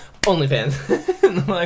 OnlyFans